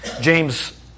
James